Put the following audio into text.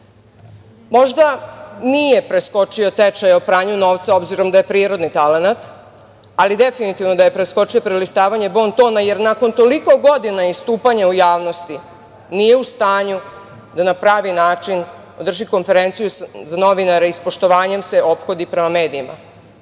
Možda nije preskočio tečaj o pranju novca obzirom da je prirodni talenat, ali definitivno da je preskočio prelistavanje bontona, jer nakon toliko godina istupanja u javnosti, nije u stanju da na pravi način održi konferenciju za novinare i sa poštovanjem se ophodi prema medijima. Krajnje